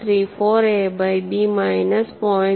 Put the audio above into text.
34 A by B minus 0